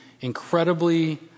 incredibly